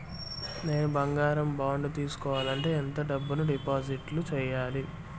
నేను బంగారం బాండు తీసుకోవాలంటే ఎంత డబ్బును డిపాజిట్లు సేయాలి?